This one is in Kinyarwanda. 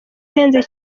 uhenze